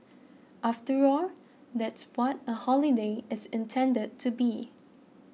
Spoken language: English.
after all that's what a holiday is intended to be